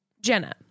Jenna